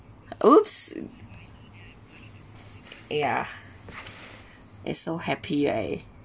!oops! yeah is so happy right